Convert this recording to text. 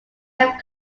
have